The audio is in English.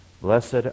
Blessed